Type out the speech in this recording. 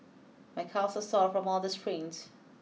my calves sore from all the sprints